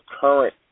current